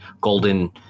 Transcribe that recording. golden